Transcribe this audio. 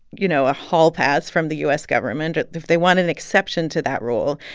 you know, a hall pass from the u s. government, if they want an exception to that rule,